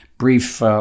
brief